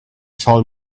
told